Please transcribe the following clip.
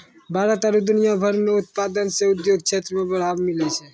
भारत आरु दुनिया भर मह उत्पादन से उद्योग क्षेत्र मे बढ़ावा मिलै छै